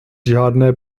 žádné